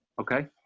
Okay